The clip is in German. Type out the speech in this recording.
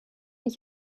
ich